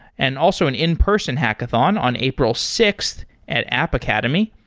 and also an in-person hackathon on april sixth at app academy.